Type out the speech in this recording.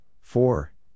four